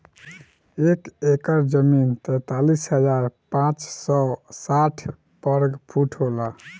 एक एकड़ जमीन तैंतालीस हजार पांच सौ साठ वर्ग फुट होला